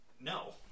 no